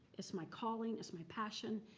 it's my calling. it's my passion.